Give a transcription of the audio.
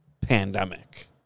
pandemic